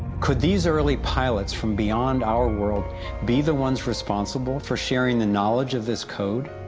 could these early pilots from beyond our world be the ones responsible for sharing the knowledge of this code?